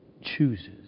chooses